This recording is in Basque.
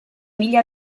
mila